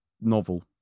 novel